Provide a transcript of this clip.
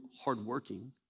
hardworking